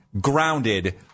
grounded